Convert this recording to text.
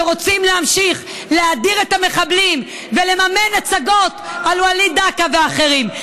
שרוצים להמשיך להאדיר את המחבלים ולממן הצגות על וליד דקה ואחרים.